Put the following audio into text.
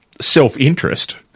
self-interest